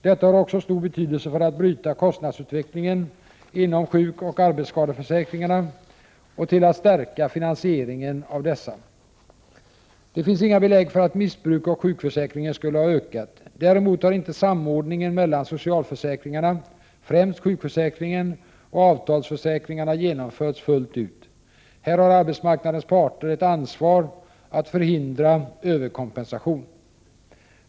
Detta har också stor betydelse för att bryta kostnadsutvecklingen inom sjukoch arbetsskadeförsäkringarna och till att stärka finansieringen av dessa. Det finns inga belägg för att missbruk av sjukförsäkringen skulle ha ökat. Däremot har inte samordningen mellan socialförsäkringarna, främst sjukförsäkringen, och avtalsförsäkringarna genomförts fullt ut. Här har arbetsmarknadens parter ett ansvar att förhindra överkompensation.